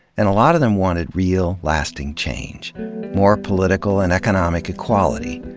and a lot of them wanted real, lasting change more political and economic equality.